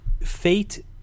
fate